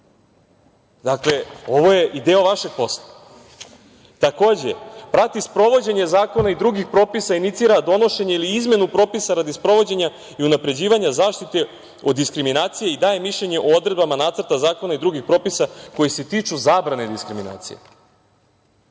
Dakle, ovo je i deo vašeg posla. Takođe, prati sprovođenje zakona i drugih propisa, inicira donošenje ili izmenu propisa radi sprovođenja i unapređivanja zaštite o diskriminaciji i daje mišljenje o odredbama nacrta zakona i drugih propisa koji se tiču zabrane diskriminacije. Ja